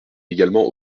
également